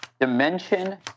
Dimension